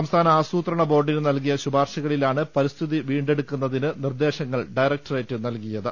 സംസ്ഥാന ആസൂത്രണബോർഡിന് നൽകിയ ശുപാർശകളിലാണ് പരിസ്ഥിതി വീണ്ടെടുക്കുന്നതിന് നിർദേശങ്ങൾ ഡയറക്ടറേറ്റ് നൽകിയത്